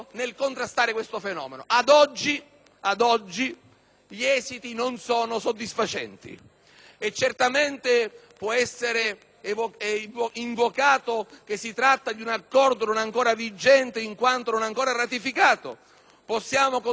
e certamente può essere invocato che si tratti di un accordo non ancora vigente in quanto non ancora ratificato; possiamo considerare la necessità di una fase di assestamento, perché questo accordo diventi